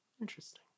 interesting